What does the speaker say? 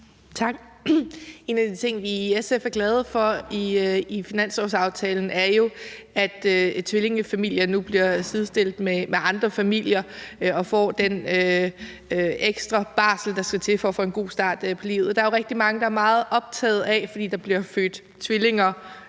En af de ting, vi i SF er glade for i finanslovsaftalen, er jo, at tvillingefamilier nu bliver sidestillet med andre familier og får den ekstra barsel, der skal til for at få en god start på livet med tvillinger. Der er jo rigtig mange, der er meget optaget af – for der bliver jo født tvillinger